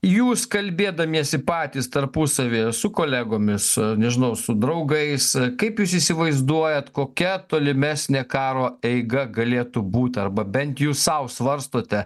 jūs kalbėdamiesi patys tarpusavyje su kolegomis nežinau su draugais kaip jūs įsivaizduojat kokia tolimesnė karo eiga galėtų būt arba bent jūs sau svarstote